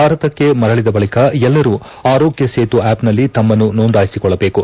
ಭಾರತಕ್ಕೆ ಮರಳಿದ ಬಳಿಕ ಎಲ್ಲರೂ ಆರೋಗ್ಯ ಸೇತು ಆಪ್ನಲ್ಲಿ ತಮ್ಮನ್ನು ನೋಂದಾಯಿಸಿಕೊಳ್ಳಬೇಕು